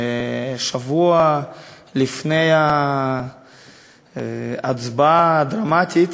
שבוע לפני ההצבעה הדרמטית